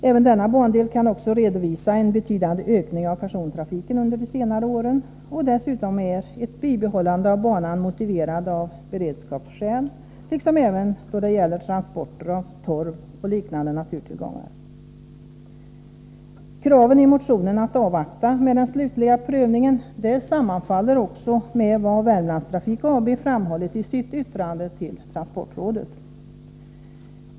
Även denna bandel kan redovisa en betydande ökning av persontrafiken under de senare åren, och dessutom är ett bibehållande av banan motiverat av beredskapsskäl liksom av kravet på möjligheter till transport av torv och liknande naturtillgångar. Kraven i motionen att man skall avvakta med den slutliga prövningen sammanfaller också med vad Värmlandstrafik AB har framhållit i sitt yttrande till transportrådet.